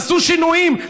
עשו שינויים,